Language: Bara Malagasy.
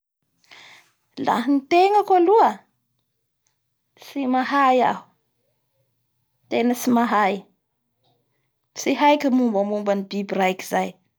Laha ny tenako aloha tsy mahay iaho tena tsy mahay, tsy haiko ny mombamomba an'ny biby raiky zay.